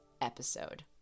episode